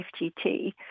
FTT